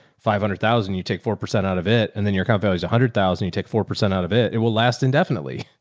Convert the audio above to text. five hundred thousand, you take four percent out of it. and then your value is a hundred thousand. you take four percent out of it. it will last indefinitely.